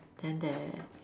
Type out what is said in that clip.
then their